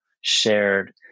shared